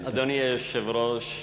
אדוני היושב-ראש,